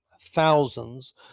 thousands